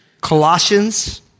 Colossians